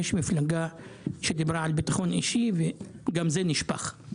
יש מפלגה שדיברה על ביטחון אישי וגם זה נשפך.